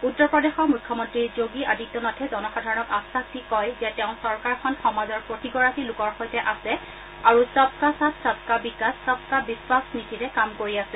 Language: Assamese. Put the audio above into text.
উত্তৰপ্ৰদেশৰ মুখ্যমন্ত্ৰী যোগী আদিত্যনাথে জনসাধাৰণক আশ্বাস দি কয় যে তেওঁৰ চৰকাৰখন সমাজৰ প্ৰতিগৰাকী লোকৰ সৈতে আছে আৰু সব কা সাথ সব কা বিকাশ সব কা বিশ্বাস নীতিৰে কাম কৰি আছে